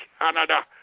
Canada